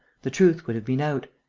the truth would have been out.